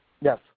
Yes